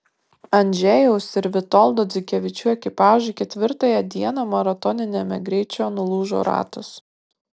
andžejaus ir vitoldo dzikevičių ekipažui ketvirtąją dieną maratoniniame greičio nulūžo ratas